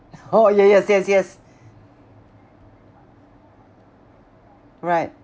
oh ya yes yes yes right